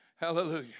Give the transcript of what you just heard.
Hallelujah